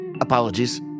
Apologies